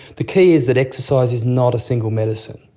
the key is that exercise is not a single medicine,